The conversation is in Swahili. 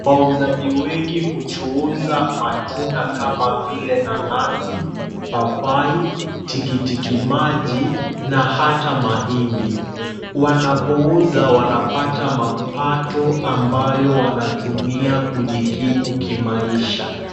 Wauzaji wengi huchuuza matunda kama vile nanasi, papai, tikiti maji na hata mahindi. Wanapouza wanapata mapato ambayo wanatumia kujikimu kimaisha.